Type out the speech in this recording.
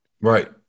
Right